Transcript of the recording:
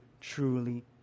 truly